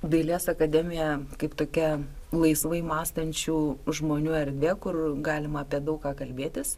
dailės akademija kaip tokia laisvai mąstančių žmonių erdvė kur galima apie daug ką kalbėtis